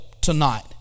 tonight